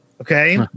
Okay